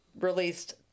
released